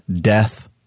death